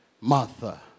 Martha